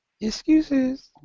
Excuses